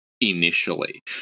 initially